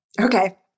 Okay